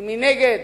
כי מנגד